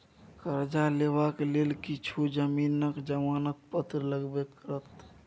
करजा लेबाक लेल किछु जमीनक जमानत पत्र लगबे करत